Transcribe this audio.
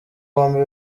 bombi